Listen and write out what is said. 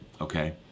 okay